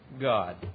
God